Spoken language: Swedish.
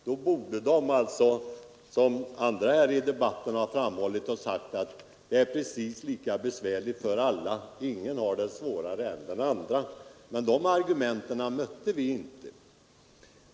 Dessa ledare borde annars som andra här i debatten ha framhållit att det är precis lika besvärligt för alla och att ingen har det svårare än den andre. Men de argumenten mötte vi inte.